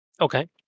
Okay